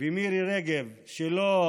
ומירי רגב, שלא